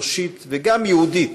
אנושית וגם יהודית,